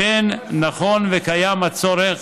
אם אכן נכון וקיים הצורך